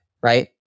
right